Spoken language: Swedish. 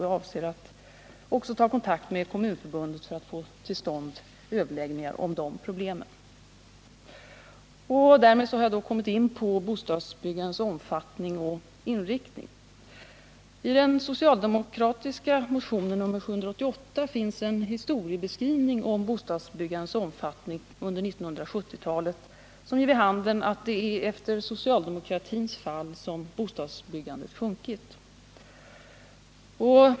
Jag avser att ta kontakt med Kommunförbundet för att få till stånd överläggningar om dessa problem. Därmed har jag kommit in på bostadsbyggandets omfattning och inriktning. I den socialdemokratiska motionen 788 finns en historieskrivning beträffande bostadsbyggandets omfattning under 1970-talet, som ger vid handen att det är efter socialdemokratins fall som bostadsbyggandet har sjunkit.